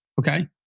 okay